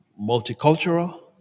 multicultural